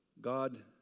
God